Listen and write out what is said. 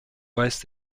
weist